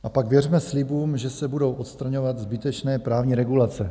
A pak věřme slibům, že se budou odstraňovat zbytečné právní regulace.